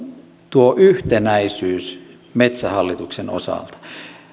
tuo yhtenäisyys metsähallituksen osalta